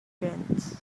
trends